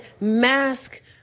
mask